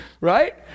right